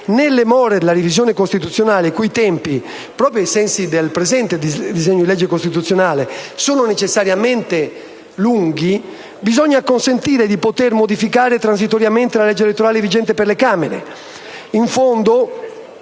Nelle more della revisione costituzionale, i cui tempi, proprio ai sensi del presente disegno di legge costituzionale, sono necessariamente lunghi, bisogna acconsentire di poter modificare transitoriamente la vigente legge elettorale per le Camere.